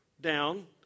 Down